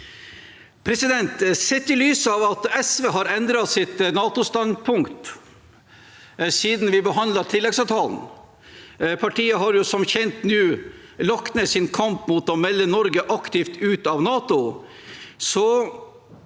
Sett i lys av at SV har endret sitt NATO-standpunkt siden vi behandlet tilleggsavtalen – partiet har jo som kjent nå lagt ned sin kamp for å melde Norge aktivt ut av NATO